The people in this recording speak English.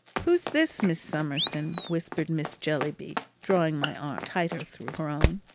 who's this, miss summerson? whispered miss jellyby, drawing my arm tighter through her own.